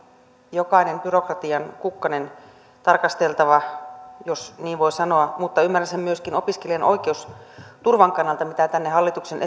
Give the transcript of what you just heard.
jokainen byrokratian kukkanen tarkasteltava jos niin voi sanoa mutta ymmärrän sen myöskin opiskelijan oikeusturvan kannalta mitä tähän hallituksen